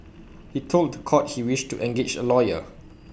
he told court he wished to engage A lawyer